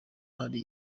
hari